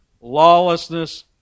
lawlessness